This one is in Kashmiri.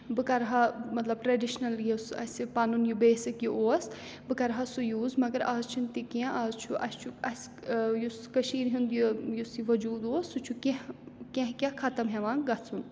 بہٕ کرٕہا مطلب ٹرٛٮ۪ڈِشنَل یُس اَسہِ پَنُن یہِ بیسِک یہِ اوس بہٕ کَرٕہا سُہ یوٗز مَگر آز چھُنہٕ تہِ کیٚنٛہہ آز چھُ اَسہِ چھُ اَسہِ یُس کٔشیٖرِ ہُنٛد یہِ یُس یہِ وجوٗد اوس سُہ چھُ کیٚنٛہہ کیٚنٛہہ کیٚنٛہہ ختم ہٮ۪وان گژھُن